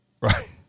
right